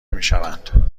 میشوند